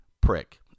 prick